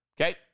Okay